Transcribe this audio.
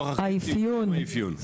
האפיון.